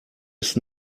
ist